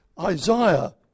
Isaiah